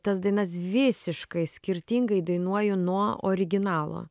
tas dainas visiškai skirtingai dainuoju nuo originalo